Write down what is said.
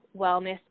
wellness